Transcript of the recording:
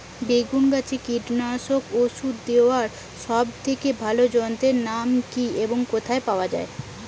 বেগুন গাছে কীটনাশক ওষুধ দেওয়ার সব থেকে ভালো যন্ত্রের নাম কি এবং কোথায় পাওয়া যায়?